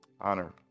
honor